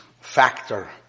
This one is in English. factor